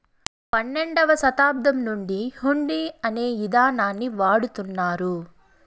పన్నెండవ శతాబ్దం నుండి హుండీ అనే ఇదానాన్ని వాడుతున్నారు